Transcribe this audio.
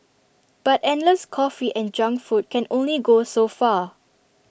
but endless coffee and junk food can only go so far